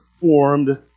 formed